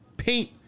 paint